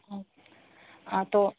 ہاں تو